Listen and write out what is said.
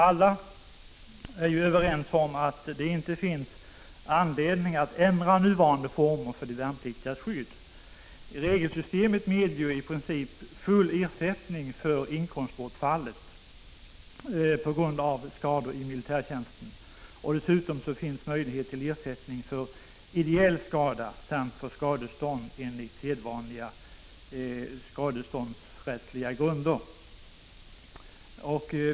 Alla är överens om att det inte finns någon anledning att ändra nuvarande former för de värnpliktigas skydd. Regelsystemet medger i princip full ersättning för inkomstbortfall på grund av skador i militärtjänsten. Dessutom finns möjlighet till ersättning för ideell skada samt till skadestånd enligt sedvanliga skadeståndsrättsliga grunder.